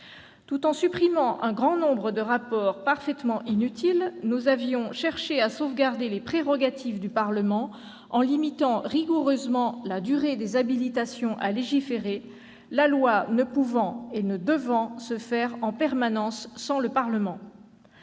Tout en supprimant un grand nombre de rapports parfaitement inutiles, nous avions cherché à sauvegarder les prérogatives du Parlement, en limitant rigoureusement la durée des habilitations à légiférer, la loi ne pouvant et ne devant se faire en permanence sans le Parlement.